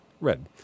red